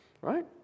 right